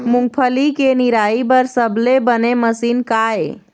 मूंगफली के निराई बर सबले बने मशीन का ये?